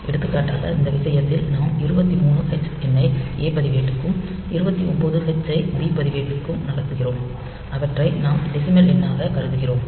எடுத்துக்காட்டாக இந்த விஷயத்தில் நாம் 23 எச் எண்ணை ஏ பதிவேட்டிற்கும் 29 எச் ஐ பி பதிவேட்டிற்கும் நகர்த்துகிறோம் அவற்றை நாம் டெசிமல் எண்ணாகக் கருதுகிறோம்